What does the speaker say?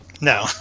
No